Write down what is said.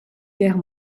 guerre